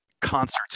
concerts